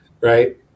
Right